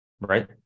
right